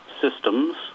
Systems